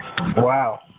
Wow